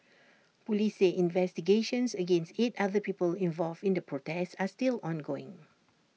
Police say investigations against eight other people involved in the protest are still ongoing